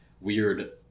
weird